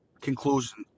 conclusion